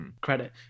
credit